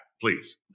Please